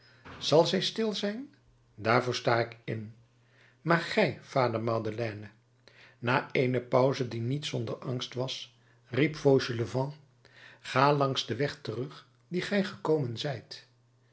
zal zij stil zijn daarvoor sta ik in maar gij vader madeleine na eene pauze die niet zonder angst was riep fauchelevent ga langs den weg terug dien gij gekomen zijt